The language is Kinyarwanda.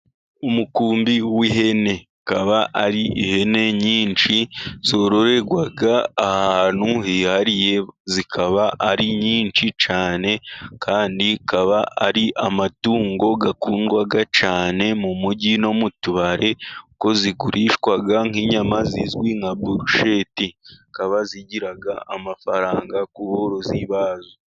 Umukumbi w'ihene ukaba ari ihene nyinshi zororerwa ahantu hihariye, zikaba ari nyinshi cyane, kandi akaba ari amatungo akundwa cyane mu mujyi no mu tubari, kuko zigurishwa nk'inyama zizwi nka burusheti, zikaba zigira amafaranga ku borozi bazo.